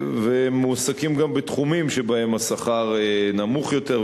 והוא גם מועסק בתחומים שבהם השכר נמוך יותר.